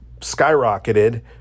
skyrocketed